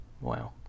Wow